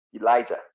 Elijah